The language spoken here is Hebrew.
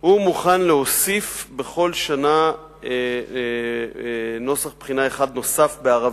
הוא מוכן להוסיף בכל שנה נוסח בחינה אחד בערבית,